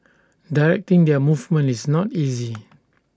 directing their movement is not easy